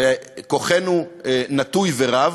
וכוחנו נטוי ורב,